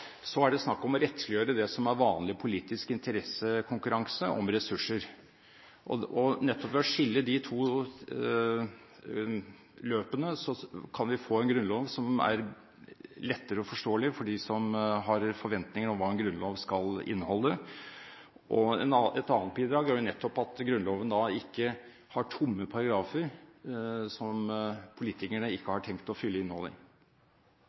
er det snakk om å rettsliggjøre det som er vanlig politisk interessekonkurranse om ressurser. Nettopp ved å skille de to løpene kan man få en grunnlov som er lettere forståelig for dem som har forventninger om hva en grunnlov skal inneholde. Et annet bidrag er nettopp at Grunnloven ikke har tomme paragrafer, som politikerne ikke har tenkt å fylle